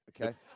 okay